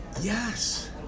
Yes